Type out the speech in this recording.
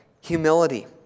humility